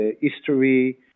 history